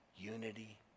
unity